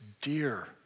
dear